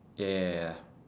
ya ya ya ya ya